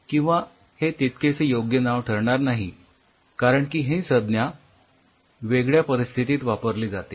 किंवा हे तितकेसे योग्य नाव ठरणार नाही कारण की ही संज्ञा वेगळ्या परिस्थितीत वापरली जाते